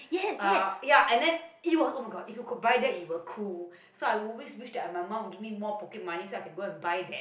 uh ya and then it oh-my-god if you could buy that it will cool so I always that my mum give me more pocket money so I can go for buy that